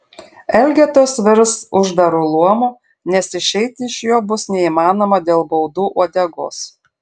elgetos virs uždaru luomu nes išeiti iš jo bus neįmanoma dėl baudų uodegos